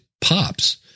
pops